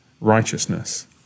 righteousness